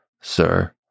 sir